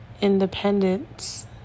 independence